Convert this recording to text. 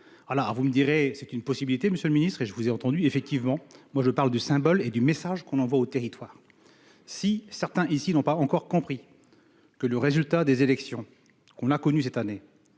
alors vous me direz, c'est une possibilité, monsieur le ministre et je vous ai entendu effectivement moi je parle du symbole et du message qu'on envoie au territoire si certains ici n'ont pas encore compris que le résultat des élections, on a connu cette année